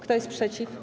Kto jest przeciw?